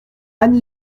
anne